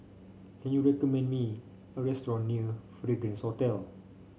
can you recommend me a restaurant near Fragrance Hotel